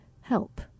help